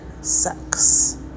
sex